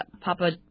Papa